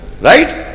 Right